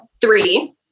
three